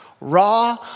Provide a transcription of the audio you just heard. Raw